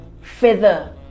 feather